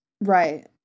Right